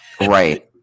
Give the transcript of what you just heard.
Right